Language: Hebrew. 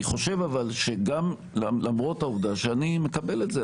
אני חושב אבל שלמרות העובדה שאני מקבל את זה,